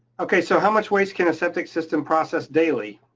okay, so how much waste can a septic system process daily?